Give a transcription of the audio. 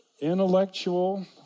intellectual